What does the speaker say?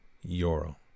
euro